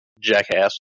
jackass